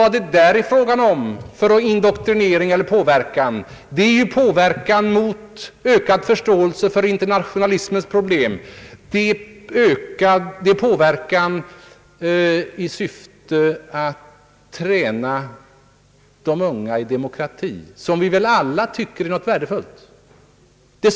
Den indoktrinering eller påverkan det är fråga om är en påverkan till ökad förståelse för internationalismens problem och en träning av de unga i demokrati. Detta är väl något vi alla finner värdefullt.